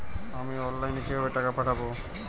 আমি অনলাইনে কিভাবে টাকা পাঠাব?